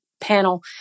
panel